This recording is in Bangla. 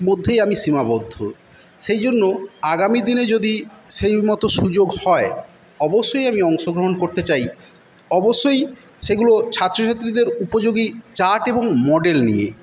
মধ্যেই আমি সীমাবদ্ধ সেই জন্য আগামী দিনে যদি সেই মতো সুযোগ হয় অবশ্যই আমি অংশগ্রহণ করতে চাই অবশ্যই সেগুলো ছাত্রছাত্রীদের উপযোগী চার্ট এবং মডেল নিয়ে